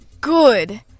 good